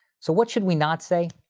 so what should we not say?